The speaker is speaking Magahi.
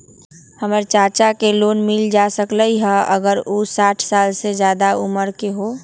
हमर चाचा के लोन मिल जा सकलई ह अगर उ साठ साल से जादे उमर के हों?